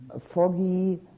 foggy